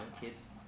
Kids